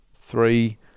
three